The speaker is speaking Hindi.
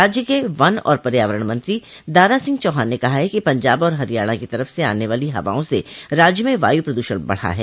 राज्य के वन और पर्यावरण मंत्री दारासिंह चौहान ने कहा है कि पंजाब और हरियाण की तरफ से आने वाली हवाओं से राज्य में वायू प्रदूषण बढ़ा है